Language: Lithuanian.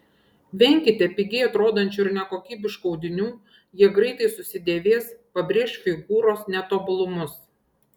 venkite pigiai atrodančių ir nekokybiškų audinių jie greitai susidėvės pabrėš figūros netobulumus